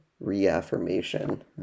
reaffirmation